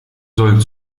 soll